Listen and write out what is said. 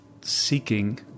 seeking